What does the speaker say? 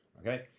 Okay